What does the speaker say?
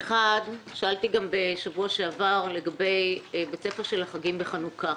שאלתי גם בשבוע שעבר לגבי בתי הספר בחגים, בחנוכה,